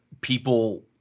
people